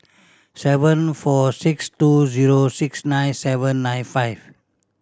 seven four six two zero six nine seven nine five